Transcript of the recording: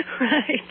Right